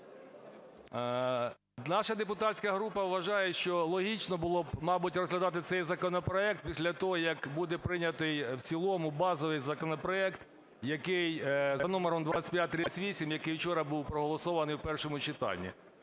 Наша депутатська група вважає, що логічно було б, мабуть, розглядати цей законопроект після того, як буде прийнятий в цілому базовий законопроект, який за номером 2538, який вчора був проголосований в першому читанні.